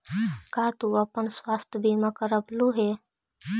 का तू अपन स्वास्थ्य बीमा करवलू हे?